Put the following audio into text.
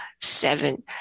seven